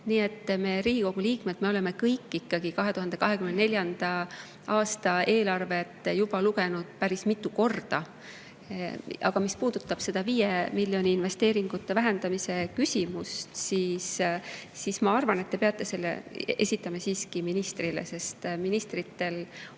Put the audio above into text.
Nii et me, Riigikogu liikmed, oleme kõik 2024. aasta eelarvet ikkagi juba päris mitu korda lugenud. Aga mis puudutab 5 miljoni võrra investeeringute vähendamise küsimust, siis ma arvan, et te peate selle esitama siiski ministrile, sest ministritel on